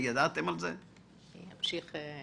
האם נכון לומר